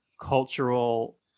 cultural